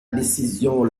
décision